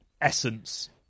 essence